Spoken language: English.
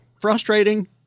frustrating